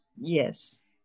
Yes